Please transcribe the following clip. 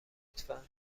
لطفا